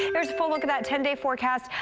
here's a full look at that ten-day forecast.